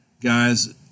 guys